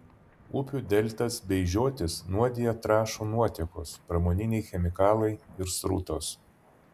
upių deltas bei žiotis nuodija trąšų nuotėkos pramoniniai chemikalai ir srutos